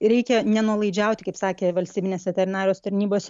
reikia nenuolaidžiauti kaip sakė valstybinės veterinarijos tarnybos